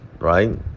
right